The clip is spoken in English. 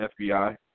FBI